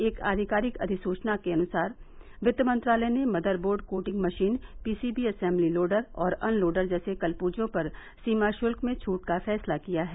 एक आधिकारिक अधिसूचना के अनुसार वित्त मंत्रालय ने motherboard coating machine PCB assembly loader और अनलोडर जैसे कलपूर्जो पर सीमा शुल्क में छट का फैसला किया है